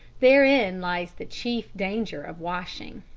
therein lies the chief danger of washing.